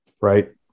right